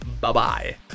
Bye-bye